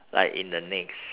like in the next